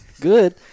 good